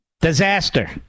disaster